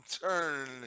turn